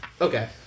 okay